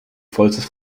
vollstes